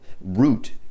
root